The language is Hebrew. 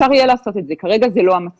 אפשר יהיה לעשות את זה, כרגע זה לא המצב.